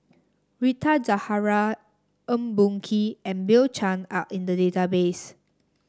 Rita Zahara Eng Boh Kee and Bill Chen are in the database